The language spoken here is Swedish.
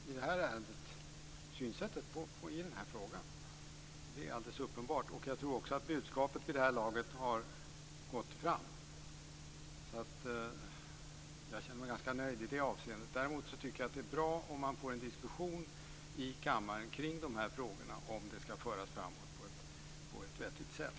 Fru talman! Det råder inget tvivel om att vi har samma synsätt i den här frågan. Det är alldeles uppenbart. Och jag tror också att budskapet har gått fram vid det här laget. Jag känner mig ganska nöjd i det avseendet. Däremot tycker jag att det är bra om man får en diskussion i kammaren kring de här frågorna, om ärendet skall föras framåt på ett vettigt sätt.